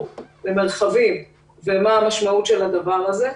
למרחבים ומה המשמעות של הדבר הזה.